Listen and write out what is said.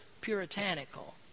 puritanical